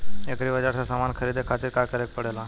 Agri बाज़ार से समान ख़रीदे खातिर का करे के पड़ेला?